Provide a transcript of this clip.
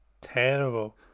terrible